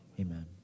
Amen